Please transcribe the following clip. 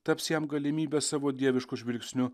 taps jam galimybe savo dievišku žvilgsniu